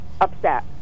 upset